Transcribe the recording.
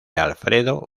alfredo